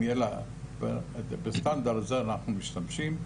ובסטנדרט הזה אנחנו משתמשים,